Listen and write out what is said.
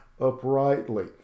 uprightly